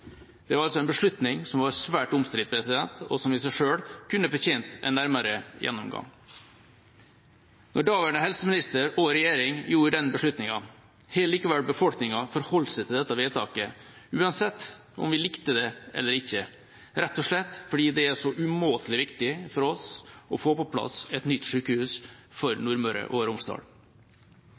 Det var en beslutning som var svært omstridt, og som i seg selv kunne fortjent en nærmere gjennomgang. Etter at daværende helseminister og regjering tok den beslutningen, har befolkningen likevel forholdt seg til dette vedtaket, uansett om man likte det eller ikke – rett og slett fordi det er så umåtelig viktig for oss å få på plass et nytt sykehus for Nordmøre og Romsdal.